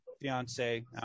fiance